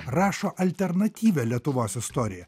rašo alternatyvią lietuvos istoriją